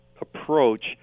approach